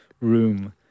room